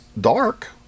dark